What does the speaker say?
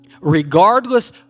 regardless